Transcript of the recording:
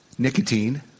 Nicotine